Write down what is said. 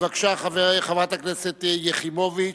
בבקשה, חברת הכנסת יחימוביץ.